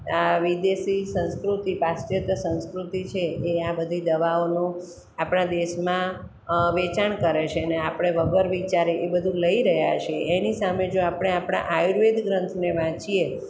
આ વિદેશી સંસ્કૃતિ પાશ્ચત સંસ્કૃતિ છે એ આ બધી દવાઓનું આપણા દેશમાં વેચાણ કરે છે ને આપણે વગર વિચારે એ બધું લઈ રહ્યા છીએ એની સામે જો આપણે આપણા આયુર્વેદ ગ્રંથને વાંચીએ